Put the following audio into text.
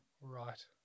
Right